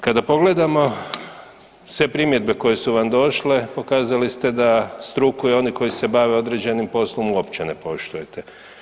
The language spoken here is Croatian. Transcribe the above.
Kada pogledamo sve primjedbe koje su vam došle pokazali ste da struku i oni koji se bave određenim poslom uopće ne poštujete.